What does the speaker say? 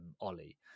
Ollie